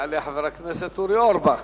יעלה חבר הכנסת אורי אורבך.